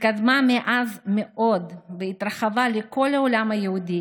התקדמה מאז מאוד והתרחבה לכל העולם היהודי